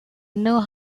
know